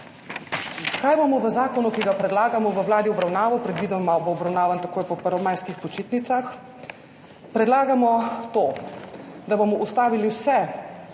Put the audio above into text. v zakonu, ki ga predlagamo Vladi v obravnavo – predvidoma bo obravnavan takoj po prvomajskih počitnicah. Predlagamo to, da bomo ustavili vse